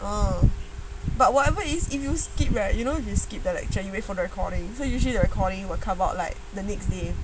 mmhmm but whatever is if you skip right you know just skip the you from the recordings are usually the recording will come out like the next day